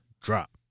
drop